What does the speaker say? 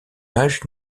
âge